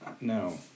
No